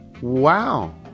Wow